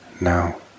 now